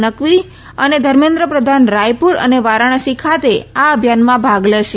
નકવી અને ધર્મેન્દ્ર પ્રધાન રાયપુર અને વારાણસી ખાતે આ અભિયાનમાં ભાગ લેશે